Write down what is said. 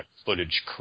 footage